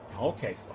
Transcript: okay